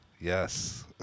yes